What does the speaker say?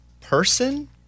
person